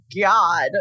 god